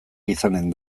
izanen